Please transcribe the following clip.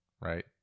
right